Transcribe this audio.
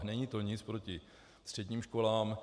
Není to nic proti středním školám.